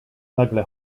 nagle